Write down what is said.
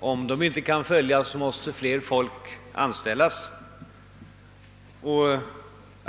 Om de inte kan följas, måste mer folk anställas.